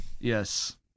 yes